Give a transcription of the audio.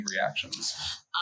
reactions